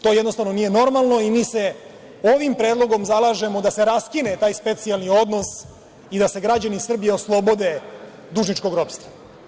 To jednostavno nije normalno i mi se ovim predlogom zalažemo da se raskine taj specijalni odnos i da se građani Srbije oslobode dužničkog ropstva.